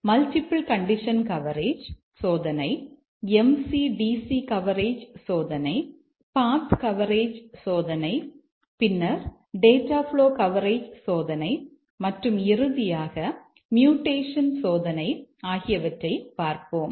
multiple condition coverage சோதனை MC DC coverage சோதனை path coverage சோதனை பின்னர் டேட்டா ப்ளோ சோதனை ஆகியவற்றைப் பார்ப்போம்